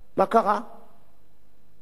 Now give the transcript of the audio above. היא אפילו לא באה להצבעה בקריאה ראשונה.